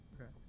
okay